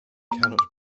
cannot